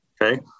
Okay